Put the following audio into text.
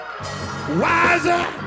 wiser